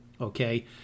okay